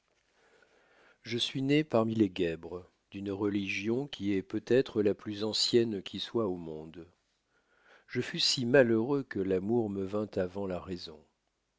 je suis né parmi les guèbres d'une religion qui est peut-être la plus ancienne qui soit au monde je fus si malheureux que l'amour me vint avant la raison